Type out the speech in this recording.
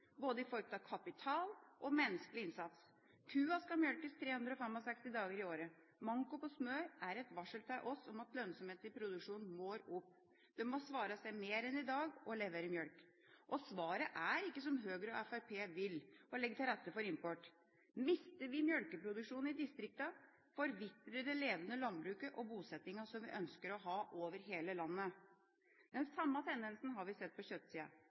både kapital og menneskelig innsats. Kua skal mjølkes 365 dager i året. Manko på smør er et varsel til oss om at lønnsomheten i produksjonen må opp. Det må svare seg mer enn i dag å levere mjølk. Svaret er ikke det som Høyre og Fremskrittspartiet vil, å legge til rette for import. Mister vi mjølkeproduksjonen i distriktene, forvitrer det levende landbruket og bosettinga, som vi ønsker å ha over hele landet. Den samme tendensen har vi sett på kjøttsida.